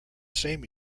same